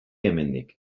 hemendik